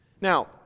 Now